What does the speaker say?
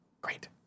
great